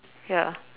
ya